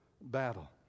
battle